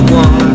one